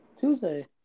Tuesday